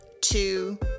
two